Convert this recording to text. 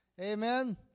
Amen